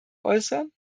äußern